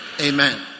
Amen